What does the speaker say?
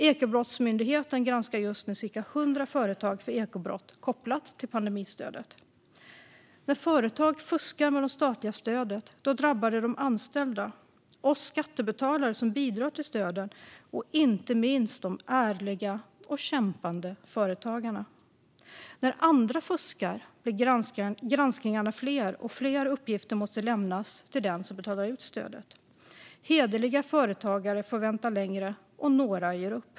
Ekobrottsmyndigheten granskar just nu cirka 100 företag för ekobrott kopplat till pandemistödet. När företag fuskar med de statliga stöden drabbar det de anställda, oss skattebetalare som bidrar till stöden och inte minst de ärliga och kämpande företagarna. När andra fuskar blir granskningarna fler, och fler uppgifter måste lämnas till den som betalar ut stödet. Hederliga företagare får vänta längre, och några ger upp.